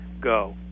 go